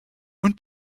und